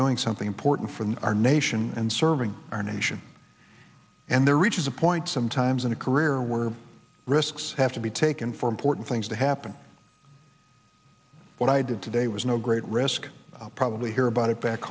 doing something important from our nation and serving our nation and there reaches a point sometimes in a career we're risks have to be taken for important things to happen what i did today was no great risk probably hear about it back